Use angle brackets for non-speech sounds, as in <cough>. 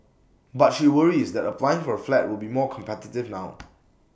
but she worries that applying for A flat will be more competitive now <noise>